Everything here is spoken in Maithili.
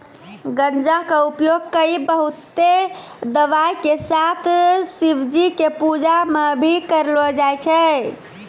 गांजा कॅ उपयोग कई बहुते दवाय के साथ शिवजी के पूजा मॅ भी करलो जाय छै